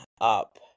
up